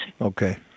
Okay